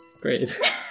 Great